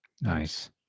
Nice